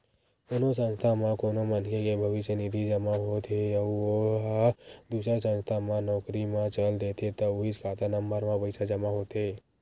कोनो संस्था म कोनो मनखे के भविस्य निधि जमा होत हे अउ ओ ह दूसर संस्था म नउकरी म चल देथे त उहींच खाता नंबर म पइसा जमा होथे